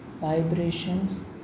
vibrations